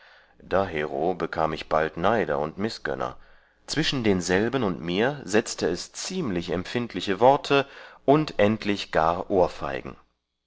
dahero bekam ich bald neider und mißgönner zwischen denselben und mir satzte es ziemlich empfindliche worte und endlich gar ohrfeigen